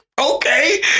Okay